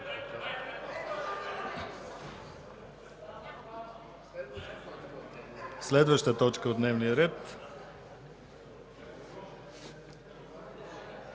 следващата точка от дневния ред: